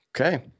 Okay